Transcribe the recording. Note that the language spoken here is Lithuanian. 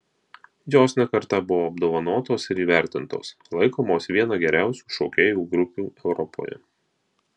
jos ne kartą buvo apdovanotos ir įvertintos laikomos viena geriausių šokėjų grupių europoje